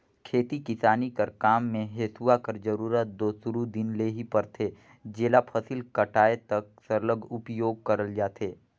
खेती किसानी कर काम मे हेसुवा कर जरूरत दो सुरू दिन ले ही परथे जेला फसिल कटाए तक सरलग उपियोग करल जाथे